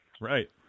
Right